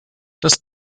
das